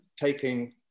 taking